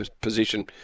position